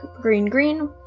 green-green